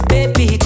Baby